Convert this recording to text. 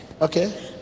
Okay